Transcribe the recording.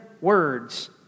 words